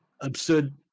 absurd